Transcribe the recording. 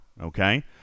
okay